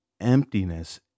emptiness